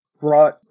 brought